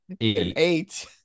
eight